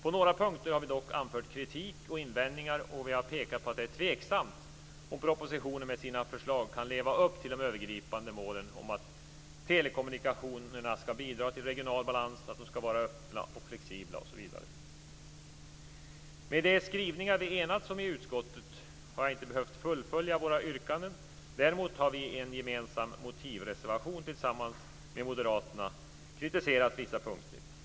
På några punkter har vi dock anfört kritik och invändningar, och vi har pekat på att det är tveksamt om propositionen med sina förslag kan leva upp till de övergripande målen om att telekommunikationerna ska bidra till regional balans, vara öppna och flexibla osv. Med de skrivningar som vi har enats om i utskottet har jag inte behövt fullfölja våra yrkanden. Däremot har vi i en motivreservation tillsammans med moderaterna kritiserat vissa punkter.